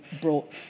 brought